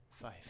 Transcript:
Five